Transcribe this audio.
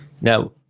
Now